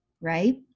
Right